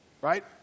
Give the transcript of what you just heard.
Right